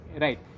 Right